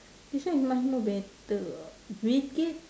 this one is much more better ah bill-gates